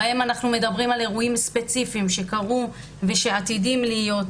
בהם אנחנו מדברים על אירועים ספציפיים שקרו ושעתידים להיות,